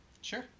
Sure